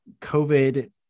COVID